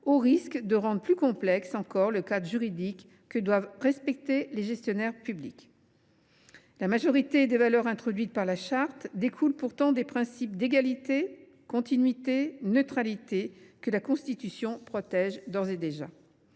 risque de complexifier encore le cadre juridique que doivent respecter les gestionnaires publics. La majorité des valeurs introduites par la charte découle pourtant des principes d’égalité, de continuité et de neutralité, que la Constitution protège d’ores et déjà.